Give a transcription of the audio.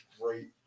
great